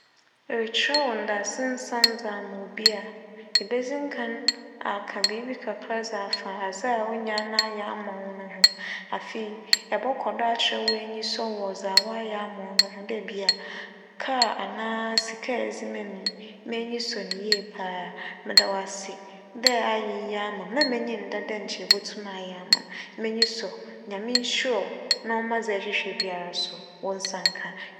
Erekyerɛw ndaase nsɛm dze ama obi a, ibedzi nkan aka biribi kakra dze afa adze a onyaa no ayɛ ama wo no ho. Afei, ebͻkͻ do akyerɛ oenyisͻ wͻ dza ͻayɛ ama wo no ho dɛ bi a "kaar anaa sika a edze maa me yi, m'enyi sͻ no yie paa. Meda wo ase dɛ ayɛ iyi ama me. na m'enyi nda dɛ nkyɛ ibotum ayɛ ama me, m'enyi sͻ Nyame nhyira wo na ͻma dza erohwehwɛ biara so wo nsa nka.